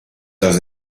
does